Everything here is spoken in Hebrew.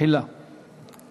הפעולות